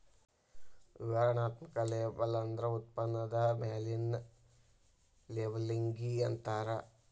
ವಿವರಣಾತ್ಮಕ ಲೇಬಲ್ ಅಂದ್ರ ಉತ್ಪನ್ನದ ಮ್ಯಾಲಿನ್ ಲೇಬಲ್ಲಿಗಿ ಅಂತಾರ